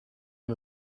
and